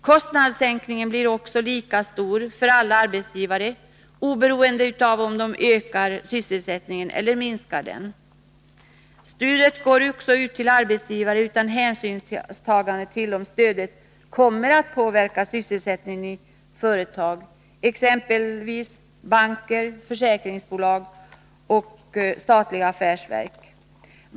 Kostnadssänkningen blir lika stor för alla arbetsgivare, oberoende av om de ökar sysselsättningen eller minskar den. Stödet utgår också till arbetsgivare utan hänsynstagande till om stödet kommer att påverka sysselsättningen i företaget, exempelvis till banker, försäkringsbolag och statliga affärsverk.